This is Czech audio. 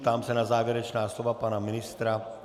Ptám se na závěrečná slova pana ministra.